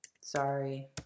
sorry